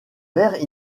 verts